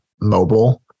mobile